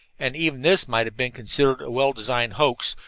and even this might have been considered a well-designed hoax,